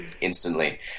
instantly